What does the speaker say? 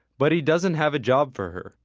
but he doesn't have a job for her,